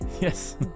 Yes